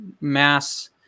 mass